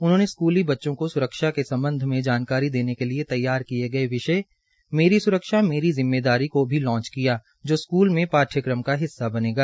उन्होंने स्कूली बच्चों को स्रक्षा के संबंध में जानकारी देने के लिए तैयार किये गए विषय मेरी सुरक्षा मेरी जिम्मेवारी को भी लॉन्च किया जो स्कूल में पाठ्यक्रम का हिस्सा बनेगा